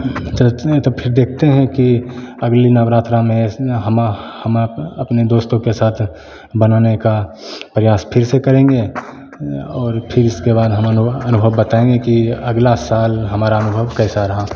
सोचते हैं तो फ़िर देखते हैं कि अगली नवरात्र में हम अपने दोस्तों के साथ बनाने का प्रयास फिर से करेंगे और फिर इसके बाद हम अनुभव अनुभव बताएँगे कि अगला साल हमारा लोगों का हमारा अनुभव कैसा रहा